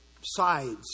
sides